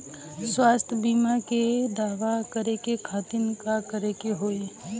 स्वास्थ्य बीमा के दावा करे के खातिर का करे के होई?